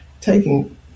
taking